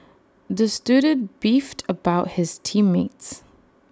the student beefed about his team mates